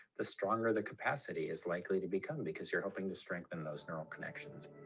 the stronger the capacity is likely to become because you're hoping to strengthen those connections.